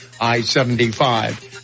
I-75